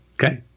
Okay